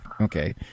Okay